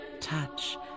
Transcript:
touch